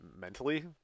Mentally